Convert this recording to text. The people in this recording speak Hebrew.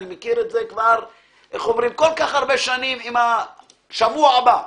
אני מכיר את זה כל כך הרבה שנים עם ה"שבוע הבא,